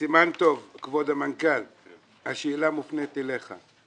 בוועדת הכספים על חלוקת 60 מיליון